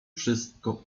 wszystko